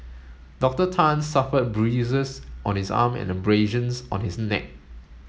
Doctor Tan suffered bruises on his arm and abrasions on his neck